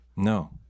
No